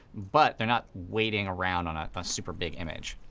but they're not waiting around on a ah super big image.